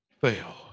fail